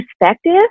perspective